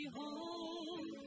home